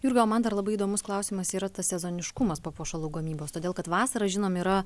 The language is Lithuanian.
jurga o man dar labai įdomus klausimas yra tas sezoniškumas papuošalų gamybos todėl kad vasarą žinom yra